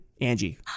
angie